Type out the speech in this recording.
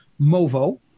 Movo